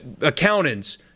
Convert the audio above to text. accountants